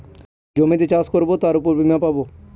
জমিতে চাষ করবো তার উপর বীমা পাবো